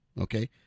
Okay